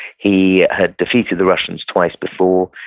he had defeated the russians twice before.